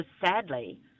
sadly